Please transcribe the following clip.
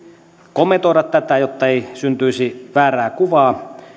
kommentoida tätä jotta ei syntyisi väärää kuvaa